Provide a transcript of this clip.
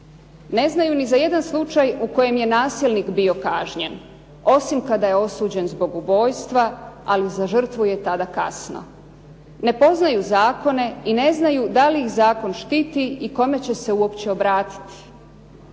Ne znaju ni za jedan slučaj u kojem je nasilnik bio kažnjen, osim kada je osuđen zbog ubojstva, ali za žrtvu je tada kasno. Ne poznaju zakone i ne znaju da li ih zakon štiti i kome će se uopće obratiti.